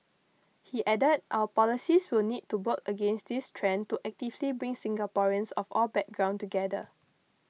he added our policies will need to work against this trend to actively bring Singaporeans of all background together